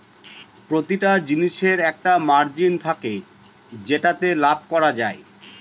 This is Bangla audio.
প্রতিটা জিনিসের একটা মার্জিন থাকে যেটাতে লাভ করা যায়